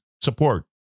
support